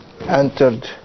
entered